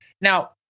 Now